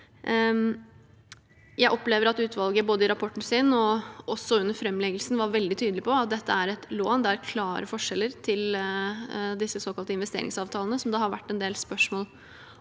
Jeg opplever at utvalget både i rapporten sin og også under framleggelsen var veldig tydelig på at dette er et lån. Det er klare forskjeller til disse såkalte investeringsavtalene som det har vært en del spørsmål